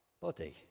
body